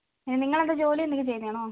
നിങ്ങൾ എന്താ ജോലി എന്തെങ്കിലും ചെയ്യുന്നയാണോ